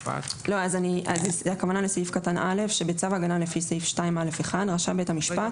כוונה לסעיף קטן (א) שבצו הגנה לפי סעיף 2א(1) רשאי בית המשפט.